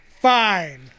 fine